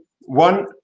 one